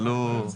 זה הרי לא מבוצע.